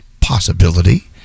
possibility